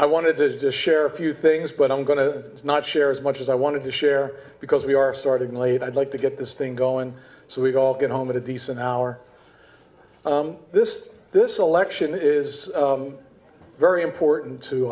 i wanted this to share a few things but i'm going to not share as much as i wanted to share because we are starting late i'd like to get this thing going so we all get home at a decent hour this this election is very important to